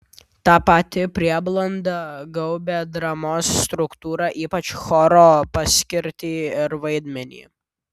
ta pati prieblanda gaubė dramos struktūrą ypač choro paskirtį ir vaidmenį